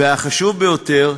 והחשוב ביותר,